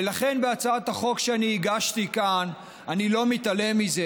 ולכן בהצעת החוק שאני הגשתי כאן אני לא מתעלם מזה,